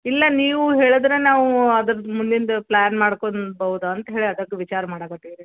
ಇಲ್ಲ ನೀವು ಹೇಳಿದ್ರೆ ನಾವೂ ಅದ್ರದ್ದು ಮುಂದಿಂದು ಪ್ಲ್ಯಾನ್ ಮಾಡ್ಕೊಂಡು ಬಹುದು ಅಂಥೇಳಿ ಅದಕ್ಕೆ ವಿಚಾರ ಮಾಡಕ್ಕತ್ತೀವಿ ರೀ